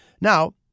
Now